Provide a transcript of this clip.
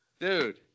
Dude